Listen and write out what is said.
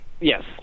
yes